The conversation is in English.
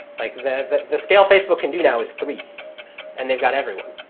like the the scale facebook can do now is three and they've got everyone.